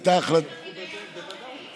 יש גם היגיון בריא.